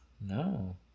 No